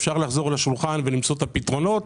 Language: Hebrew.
אפשר לחזור לשולחן ולמצוא את הפתרונות,